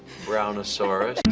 brownasaurus